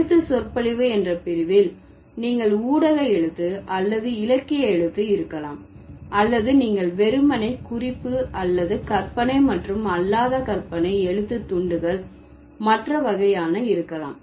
எழுத்து சொற்பொழிவு என்ற பிரிவில் நீங்கள் ஊடக எழுத்து அல்லது இலக்கிய எழுத்து இருக்கலாம் அல்லது நீங்கள் வெறுமனே குறிப்பு அல்லது கற்பனை மற்றும் அல்லாத கற்பனை எழுத்து துண்டுகள் மற்ற வகையான இருக்கலாம்